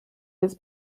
his